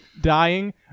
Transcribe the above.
dying